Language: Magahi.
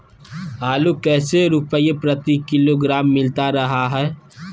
आलू कैसे रुपए प्रति किलोग्राम मिलता रहा है?